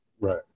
Right